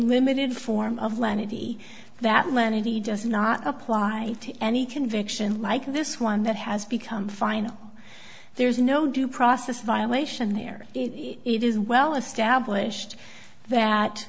limited form of lenity that lenity does not apply to any conviction like this one that has become final there's no due process violation there it is well established that